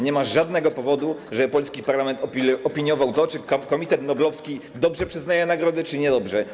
Nie ma żadnego powodu, żeby polski parlament opiniował to, czy komitet noblowski dobrze przyznaje nagrody, czy niedobrze.